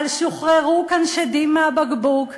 אבל שוחררו כאן שדים מהבקבוק,